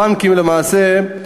הבנקים למעשה,